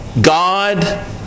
God